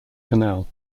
canal